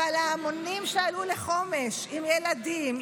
אבל ההמונים שעלו לחומש עם ילדים,